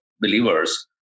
believers